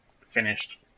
finished